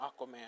Aquaman